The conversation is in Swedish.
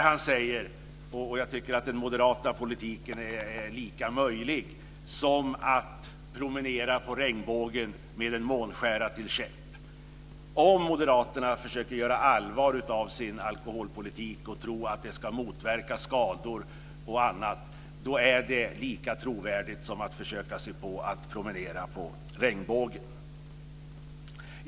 Han sade: Jag tycker att den moderata politiken är lika möjlig som att promenera på regnbågen med en månskära till käpp. Om moderaterna försöker göra allvar av sin alkoholpolitik och tror att den ska motverka skador och annat, är det lika trovärdigt som att försöka sig på att promenera på regnbågen.